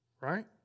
Right